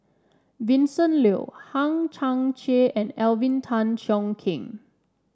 Vincent Leow Hang Chang Chieh and Alvin Tan Cheong Kheng